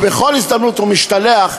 ובכל הזדמנות הוא משתלח,